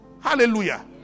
Hallelujah